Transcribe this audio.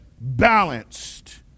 balanced